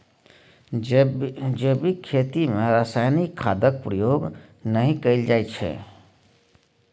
जैबिक खेती मे रासायनिक खादक प्रयोग नहि कएल जाइ छै